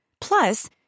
Plus